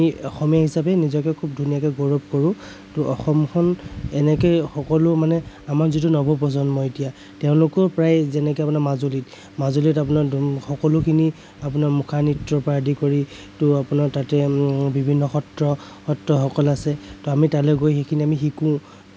ত' আমি অসমীয়া হিচাপে নিজকে খুব ধুনীয়াকে গৌৰৱ কৰোঁ ত' অসমখন এনেকে সকলো মানে আমাৰ যিটো নৱপ্ৰজন্ম এতিয়া তেওঁলোকেও প্ৰায় যেনেকে মানে মাজুলী মাজুলীত আপোনাৰ সকলোখিনি আপোনাৰ মুখা নৃত্যৰ পৰা আদি কৰি ত' আপোনাৰ তাতে বিভিন্ন সত্ৰ সত্ৰসকল আছে ত' আমি তালৈ গৈ সেইখিনি আমি শিকোঁ